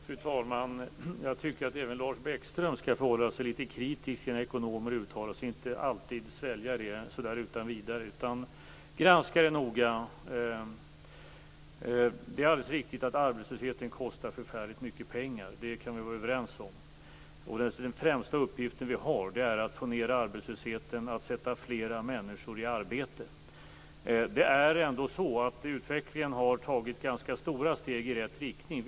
Fru talman! Jag tycker att även Lars Bäckström skall förhålla sig litet kritisk när ekonomer uttalar sig. Han bör inte alltid svälja det de säger utan granska det noga. Det är riktigt att arbetslösheten kostar förfärligt mycket pengar. Det kan vi vara överens om. Den främsta uppgiften vi har är att få ned arbetslösheten och sätta fler människor i arbete. Utvecklingen har ändå tagit ganska stora steg i rätt riktning.